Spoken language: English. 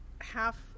half